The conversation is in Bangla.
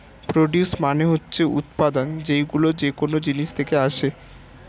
প্রডিউস মানে হচ্ছে উৎপাদন, যেইগুলো যেকোন জিনিস থেকে আসে